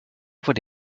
would